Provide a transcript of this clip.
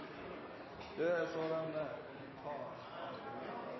det så